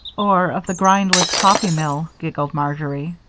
or of the grindless coffee-mill, giggled marjory.